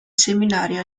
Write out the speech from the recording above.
seminario